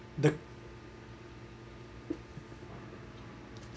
the